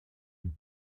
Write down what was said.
une